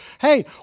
hey